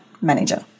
manager